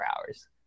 hours